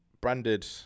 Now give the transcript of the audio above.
branded